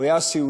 הוא היה סיעודי,